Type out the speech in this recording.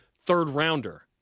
third-rounder